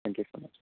thank you so much